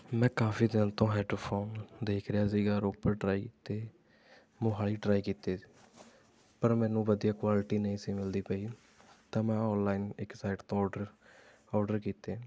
ਮੈਂ ਕਾਫੀ ਦਿਨ ਤੋਂ ਹੈੱਡਫੋਨ ਦੇਖ ਰਿਹਾ ਸੀ ਰੋਪੜ ਟ੍ਰਾਈ ਕੀਤੇ ਮੋਹਾਲੀ ਟ੍ਰਾਈ ਕੀਤੇ ਪਰ ਮੈਨੂੰ ਵਧੀਆ ਕੁਆਲਟੀ ਨਹੀਂ ਸੀ ਮਿਲਦੀ ਪਈ ਤਾਂ ਮੈਂ ਔਨਲਾਈਨ ਇੱਕ ਸਾਈਟ ਤੋਂ ਆਰਡਰ ਆਰਡਰ ਕੀਤੇ